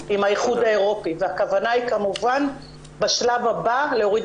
היום 27 באוקטובר 2020, ט' בחשון התשפ"א.